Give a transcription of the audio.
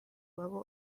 level